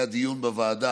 היה אתמול דיון בוועדה